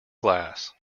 glass